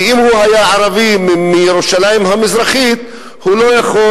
כי אם הוא ערבי מירושלים המזרחית הוא לא יכול,